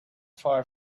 far